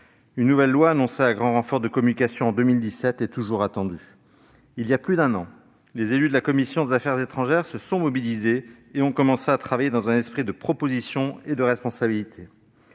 Une nouvelle loi, annoncée à grand renfort de communication en 2017, est toujours attendue. Il y a plus d'un an, les membres de la commission des affaires étrangères se sont mobilisés et ont commencé à travailler dans un esprit de proposition et de responsabilité.